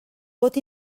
pot